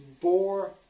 bore